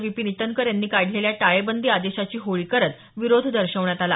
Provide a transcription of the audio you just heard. विपिन ईटनकर यांनी काढलेल्या टाळेबंदी आदेशाची होळी करत विरोध दर्शवण्यात आला